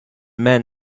men